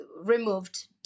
removed